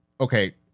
okay